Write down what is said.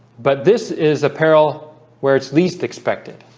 but this is a peril where it's least expected